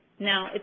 now,